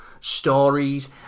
stories